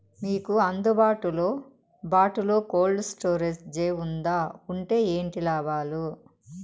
మీకు అందుబాటులో బాటులో కోల్డ్ స్టోరేజ్ జే వుందా వుంటే ఏంటి లాభాలు?